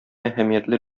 әһәмиятле